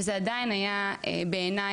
וזה עדיין היה בעיני